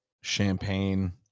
Champagne